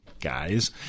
guys